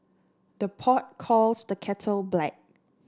the pot calls the kettle black